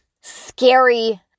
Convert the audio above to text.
scary